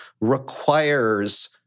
requires